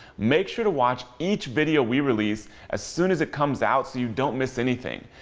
make sure to watch each video we release as soon as it comes out so you don't miss anything.